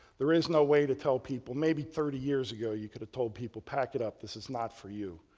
there is no way to tell people. maybe thirty years ago you could have told people, pack it up this is not for you.